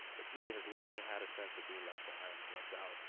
the community has long had a sense of being left behind and left out,